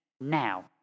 Now